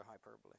hyperbole